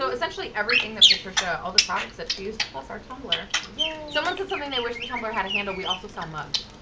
so essentially everything that patricia all the products that she used plus our tumblr yeah someone said something they wish to tumblr how to handle we also sell mugs.